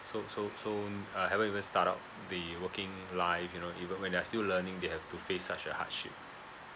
so so so uh haven't even start out the working life you know even when they are still learning they have to face such a hardship